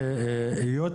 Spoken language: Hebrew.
היות